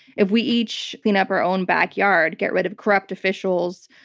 if we each clean up our own backyard, get rid of corrupt officials,